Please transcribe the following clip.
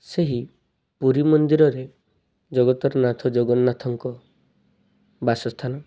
ସେହି ପୁରୀ ମନ୍ଦିରରେ ଜଗତର ନାଥ ଜଗନ୍ନାଥଙ୍କ ବାସସ୍ଥାନ